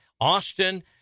Austin